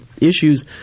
issues